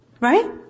Right